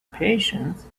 patience